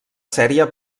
sèrie